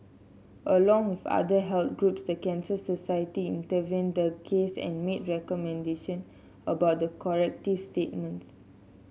along with other health groups the Cancer Society intervened the case and made recommendation about the corrective statements